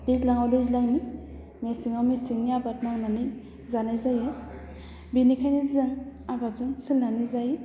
दैज्लाङाव दैज्लांनि मेसेङाव मेसेंनि आबाद मावनानै जानाय जायो बेनिखायनो जों आबादजों सोलिनानै जायो